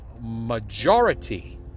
majority